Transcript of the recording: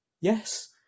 yes